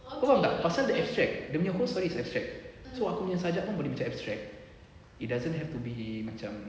kau faham tak pasal dia abstract dia nya host very abstract so aku punya sajak pun boleh macam abstract it doesn't have to be macam